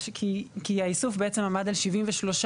כי האיסוף בעצם עמד על 73%,